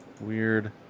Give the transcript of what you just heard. Weird